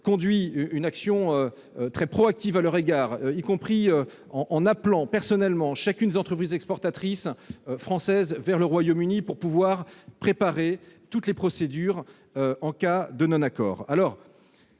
conduit une action très proactive à leur égard, y compris en appelant individuellement chacune des entreprises exportatrices françaises vers le Royaume-Uni, pour préparer toutes les procédures en cas de non-accord.